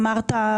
כך אמרת,